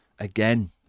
Again